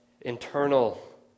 internal